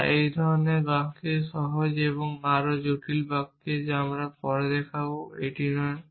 যা এই ধরনের বাক্যে সহজ কিন্তু আরও জটিল বাক্যে আমরা পরে দেখব এটি নয়